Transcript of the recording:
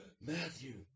Matthew